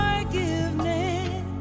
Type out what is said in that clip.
forgiveness